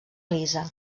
elisa